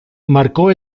marcó